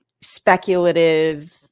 speculative